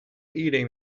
eating